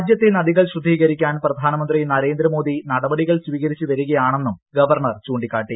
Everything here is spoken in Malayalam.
രാജ്യത്തെ നദികൾ ശുദ്ധീകരിക്കാൻ പ്രധാനമന്ത്രി നരേന്ദ്രമോദി നടപടികൾ സ്വീകരിച്ച് വരികയാണെന്നും ഗവർണർ ചൂണ്ടിക്കാട്ടി